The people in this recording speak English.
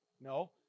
No